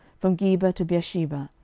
from geba to beersheba,